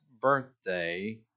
birthday